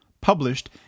published